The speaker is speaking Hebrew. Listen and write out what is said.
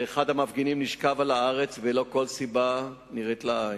נשכב אחד המפגינים על הארץ ללא כל סיבה נראית לעין,